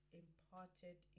imparted